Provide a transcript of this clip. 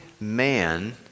man